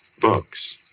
books